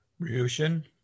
Ryushin